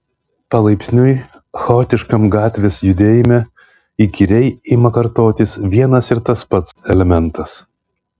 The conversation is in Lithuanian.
palaipsniui chaotiškam gatvės judėjime įkyriai ima kartotis vienas ir tas pats elementas